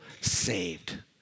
saved